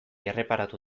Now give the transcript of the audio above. erreparatu